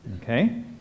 Okay